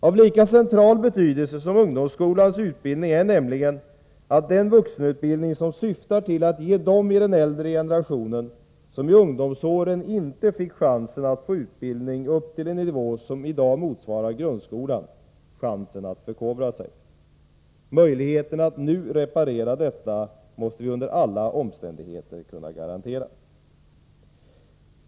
Av lika central betydelse som ungdomsskolans utbildning är nämligen den vuxenutbildning som syftar till att ge dem i den äldre generationen, som i ungdomsåren inte fick chansen att få utbildning upp till en nivå som i dag motsvarar grundskolan, chansen att förkovra sig. Möjligheten att nu reparera detta måste vi under alla omständigheter kunna garantera.